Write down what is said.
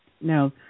no